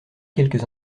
quelques